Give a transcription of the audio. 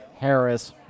Harris